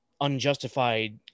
unjustified